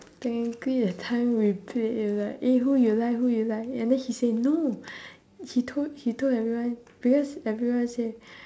technically that time we play like eh who you like who you like and then he said no he told he told everyone because everyone say